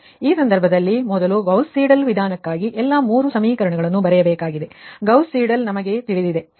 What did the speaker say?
ಆದ್ದರಿಂದ ಆ ಸಂದರ್ಭದಲ್ಲಿ ನೀವು ಮೊದಲು ಗೌಸ್ ಸೀಡೆಲ್ ವಿಧಾನಕ್ಕಾಗಿ ಎಲ್ಲಾ ಮೂರು ಸಮೀಕರಣಗಳನ್ನು ಬರೆಯಬೇಕಾಗಿದೆ ಗೌಸ್ ಸೀಡೆಲ್ ಎಂದು ನಮಗೆ ತಿಳಿದಿದೆ